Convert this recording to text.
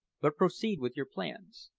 but proceed with your plans.